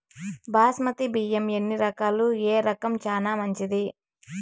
బాస్మతి బియ్యం ఎన్ని రకాలు, ఏ రకం చానా మంచిది?